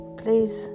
please